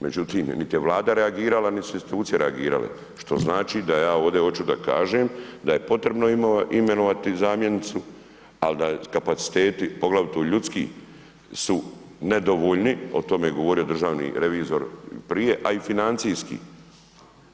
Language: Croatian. Međutim, niti je Vlada reagirala, niti su institucije reagirale, što znači da ja ovdje hoću da kažem da je potrebno imenovati zamjenicu, ali da kapaciteti, poglavito ljudski su nedovoljni, o tome je govorio državni revizor prije, a i financijski,